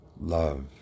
love